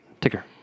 Ticker